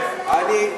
שיהיה.